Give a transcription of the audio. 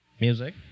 Music